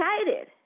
excited